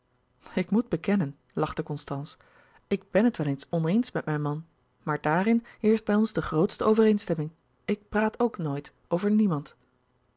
ik moet bekennen lachte constance ik ben het wel eens oneens met mijn man maar daarin heerscht bij ons de grootste overeenstemming ik praat ook nooit over niemand